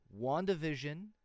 WandaVision